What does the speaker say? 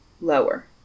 Lower